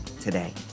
today